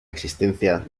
existencia